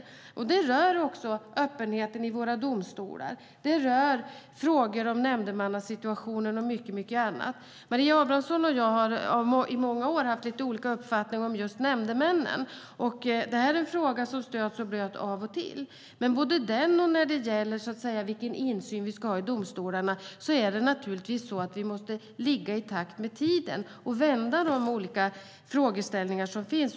Det gäller också öppenheten i våra domstolar, frågor om nämndemannasituationen och mycket annat. Maria Abrahamsson och jag har i många år haft lite olika uppfattning om just nämndemännen. Det är en fråga som stöts och blöts av och till. Men när det gäller både den och frågan om vilken insyn vi ska ha i domstolarna måste vi ligga i takt med tiden och vända på de olika frågeställningar som finns.